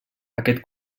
aquest